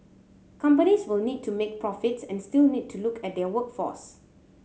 companies will need to make profits and still need to look at their workforce